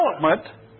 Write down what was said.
development